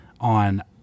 on